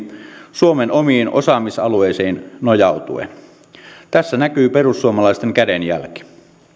suomen omiin osaamisalueisiin nojautuen tässä näkyy perussuomalaisten kädenjälki